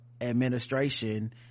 administration